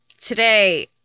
today